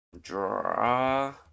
draw